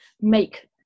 make